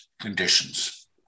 conditions